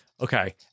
Okay